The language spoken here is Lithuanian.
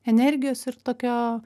energijos ir tokio